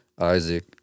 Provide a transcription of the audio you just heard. Isaac